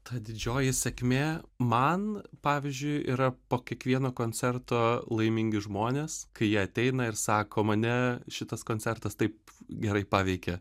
ta didžioji sakmė man pavyzdžiui yra po kiekvieno koncerto laimingi žmonės kai jie ateina ir sako mane šitas koncertas taip gerai paveikė